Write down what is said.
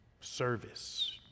service